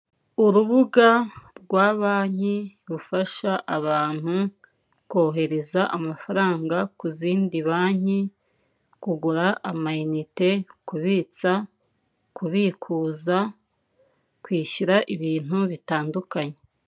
Urubuga rwa banki rufasha abantu kohereza amafaranga ku zindi banki, kugura amanite, kubitsa, kubikuza, kwishyura ibintu bitandukanye.